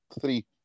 three